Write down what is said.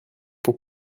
pour